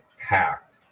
packed